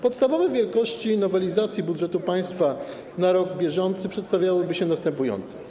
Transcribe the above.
Podstawowe wielkości w nowelizacji budżetu państwa na rok bieżący przedstawiałyby się następująco.